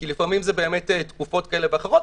כי לפעמים אלה תקופות כאלה ואחרות.